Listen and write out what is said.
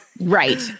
Right